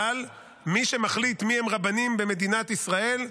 אבל מי שמחליט מיהם רבנים במדינת ישראל,